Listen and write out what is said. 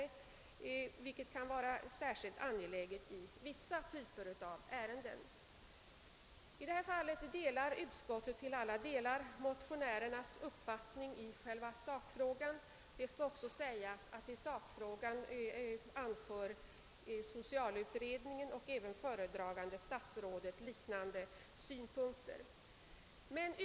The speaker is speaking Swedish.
i vissa typer av ärenden. Utskottet har till alla delar samma uppfattning som motionärerna i själva sakfrågan. Det skall också sägas att socialutredningen och föredragande statsrådet anför liknande synpunkter i sakfrågan.